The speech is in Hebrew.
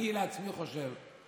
אני לעצמי חושב: